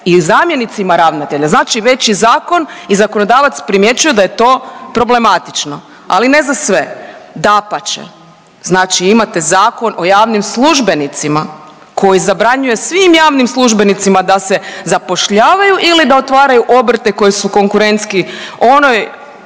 i zamjenicima ravnatelja. Znači već i zakon i zakonodavac primjećuju da je to problematično, ali ne za sve, dapače, imate Zakon o javnim službenicima koji zabranjuje svim javnim službenicima da se zapošljavaju ili da otvaraju obrte koji su konkurentni onoj